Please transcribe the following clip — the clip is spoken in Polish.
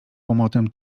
łomotem